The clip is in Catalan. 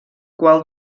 qual